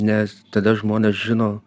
nes tada žmonės žino